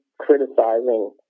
criticizing